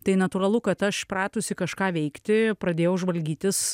tai natūralu kad aš pratusi kažką veikti pradėjau žvalgytis